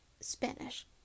Spanish